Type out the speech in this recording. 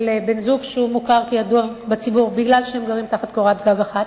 בן-זוג שמוכר כידוע בציבור משום שהם גרים תחת קורת גג אחת,